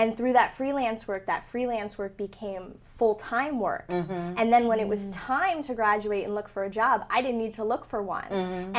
and through that freelance work that freelance work became full time work and then when it was time to graduate and look for a job i did need to look for one and